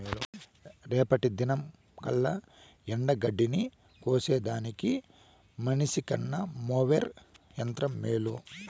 రేపటి దినంకల్లా ఎండగడ్డిని కోసేదానికి మనిసికన్న మోవెర్ యంత్రం మేలు